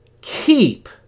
keep